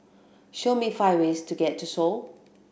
show me five ways to get to Seoul